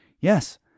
Yes